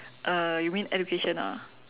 uh you mean education ah